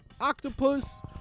octopus